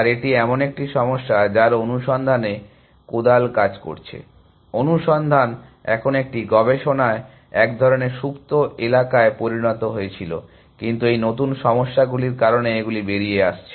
আর এটি এমন একটি সমস্যা যার অনুসন্ধানে কোদাল কাজ করেছে অনুসন্ধান এখন একটি গবেষণায় এক ধরনের সুপ্ত এলাকায় পরিণত হয়েছিল কিন্তু এই নতুন সমস্যাগুলির কারণে এগুলি বেরিয়ে আসছে